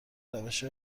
روش